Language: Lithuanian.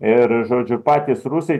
ir žodžiu patys rusai